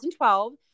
2012